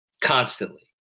constantly